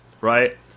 Right